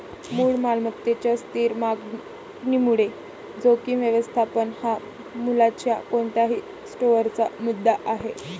मूळ मालमत्तेच्या स्थिर मागणीमुळे जोखीम व्यवस्थापन हा मूल्याच्या कोणत्याही स्टोअरचा मुद्दा आहे